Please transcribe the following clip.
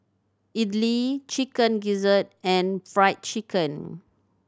idly Chicken Gizzard and Fried Chicken